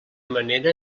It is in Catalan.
manera